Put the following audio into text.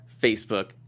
Facebook